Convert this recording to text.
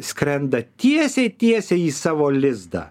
skrenda tiesiai tiesiai į savo lizdą